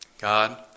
God